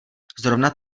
zrovna